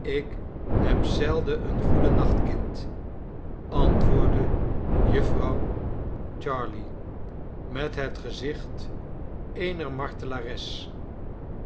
ik heb zelden een goeden nacht kind antwoordde jufvrouw jarley met het gezicht eener martelares